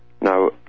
Now